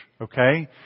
okay